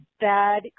Bad